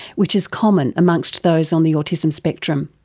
which is common amongst those on the autism spectrum.